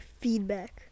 feedback